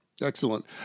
Excellent